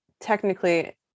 technically